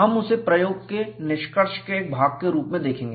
हम उसे प्रयोग के निष्कर्ष के एक भाग के रूप में देखेंगे